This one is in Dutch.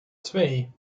twee